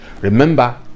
remember